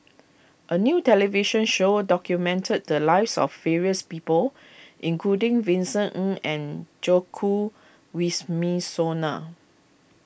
a new television show documented the lives of various people including Vincent N N Joko Wisminsono